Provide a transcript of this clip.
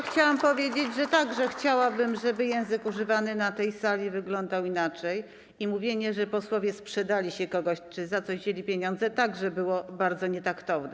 Chcę powiedzieć, że także chciałabym, żeby język używany na tej sali wyglądał inaczej, i mówienie, że posłowie sprzedali się komuś czy za coś wzięli pieniądze, także było bardzo nietaktowne.